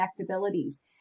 Connectabilities